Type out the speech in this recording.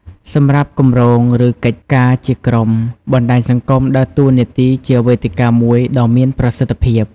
សម្រាប់គម្រោង ឬកិច្ចការជាក្រុម បណ្ដាញសង្គមដើរតួនាទីជាវេទិកាមួយដ៏មានប្រសិទ្ធភាព។